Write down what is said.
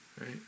Right